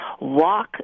walk